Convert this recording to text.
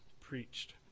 preached